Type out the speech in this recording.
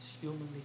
humanly